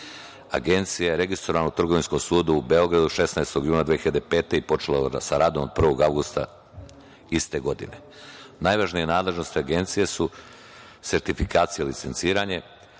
unije. Agencija je registrovana u Trgovinskom sudu u Beogradu 16. juna 2005. godine i počela je sa radom od 1. avgusta iste godine. Najvažnije nadležnosti Agencije su sertifikacija i licenciranje,